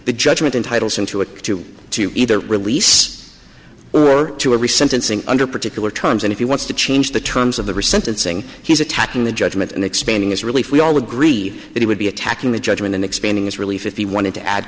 the judgment entitles into it to either release or to every sentencing under particular terms and if you want to change the terms of the resentment saying he's attacking the judgment and expanding his relief we all agree that he would be attacking the judgment and expanding its relief if he wanted to add